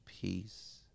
peace